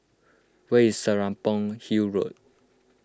where is Serapong Hill Road